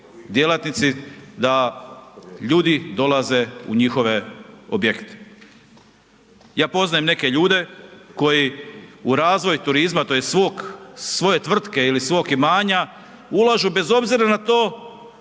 djelatnici, da ljudi dolaze u njihove objekte. Ja poznajem neke ljude koji u razvoj turizma tj. svoje tvrtke ili svog imanja ulažu bez obzira na to